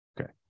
Okay